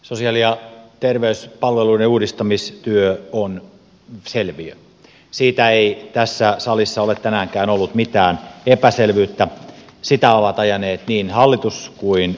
sosiaali ja terveyspalveluiden uudistamistyö on selviö siitä ei tässä salissa ole tänäänkään ollut mitään epäselvyyttä sitä ovat ajaneet niin hallitus kuin oppositiokin